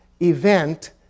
event